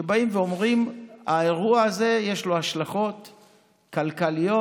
שאומרים: לאירוע הזה יש השלכות כלכליות,